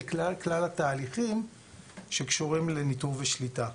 כלל התהליכים שקשורים לניטור ושליטה,